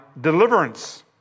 deliverance